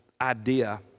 idea